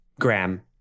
Graham